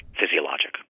physiologic